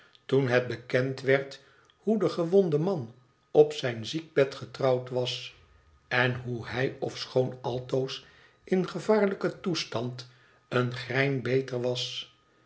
toen het bekend werd hoe de gewonde man op zijn ziekbed getrouwd was en hoe hij ofschoon altoos in gevaarlijken toestand een grein beter was